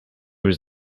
was